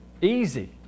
easy